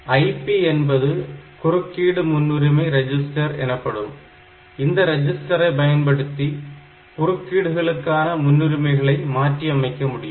IP என்பது குறுக்கீடு முன்னுரிமை ரெஜிஸ்டர் எனப்படும் இந்த ரெஜிஸ்டரை பயன்படுத்தி குறுக்கீடுகளுக்கான முன்னுரிமைகளை மாற்றி அமைக்க முடியும்